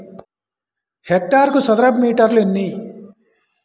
హెక్టారుకు చదరపు మీటర్లు ఎన్ని?